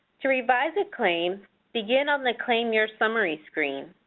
to revise a claim begin on the claim year summary screen.